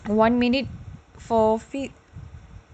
one minute four feet